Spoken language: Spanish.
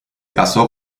caso